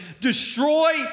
destroy